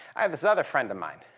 i have this other friend of mine.